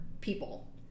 people